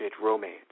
romance